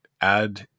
add